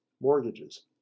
mortgages